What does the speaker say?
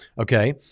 Okay